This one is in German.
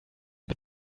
mit